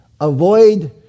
Avoid